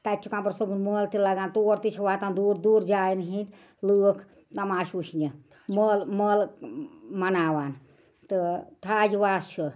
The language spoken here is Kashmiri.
تتہِ چھُ کمبر صٲبُن مٲلہٕ تہِ لَگان تور تہِ چھِ واتان دوٗر دوٗر جاین ہِنٛدۍ لُکھ تماشہٕ وٕچھنہٕ مٲلہٕ مٲلہٕ مناوان تہٕ تھاج واس چھُ